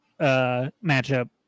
matchup